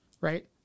right